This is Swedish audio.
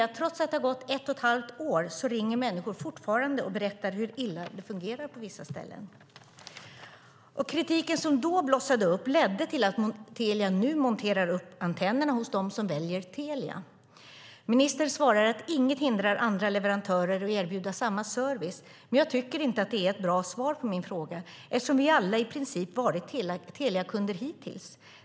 Trots att det har gått ett och ett halvt år ringer människor fortfarande och berättar hur illa det fungerar på vissa ställen. Kritiken som då blossade upp ledde till att Telia nu monterar upp antennerna hos dem som väljer Telia. Ministern svarar att inget hindrar andra leverantörer att erbjuda samma service, men jag tycker inte att det är ett bra svar på min fråga eftersom vi alla i princip hittills varit Teliakunder.